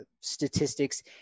statistics